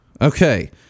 Okay